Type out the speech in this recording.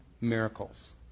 miracles